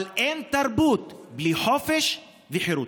אבל אין תרבות בלי חופש וחירות.